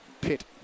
pit